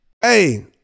Hey